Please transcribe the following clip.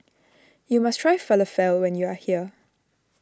you must try Falafel when you are here